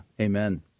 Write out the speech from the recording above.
amen